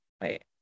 wait